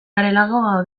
garelako